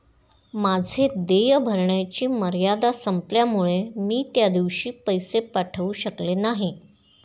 माझे देय भरण्याची मर्यादा संपल्यामुळे मी त्या दिवशी पैसे पाठवू शकले नाही